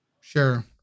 Sure